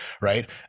right